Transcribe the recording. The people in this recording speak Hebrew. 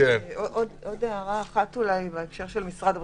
עוד הערה בהקשר של משרד הבריאות.